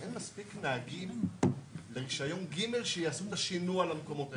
אין מספיק נהגים לרישיון ג' שיעשו את השינוע למקומות האלה.